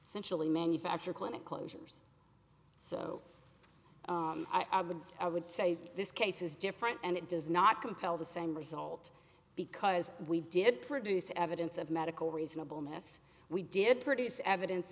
centrally manufacture clinic closures so i would i would say this case is different and it does not compel the same result because we did produce evidence of medical reasonable mess we did produce evidence